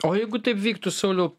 o jeigu taip vyktų sauliau